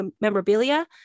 memorabilia